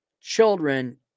children